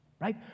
Right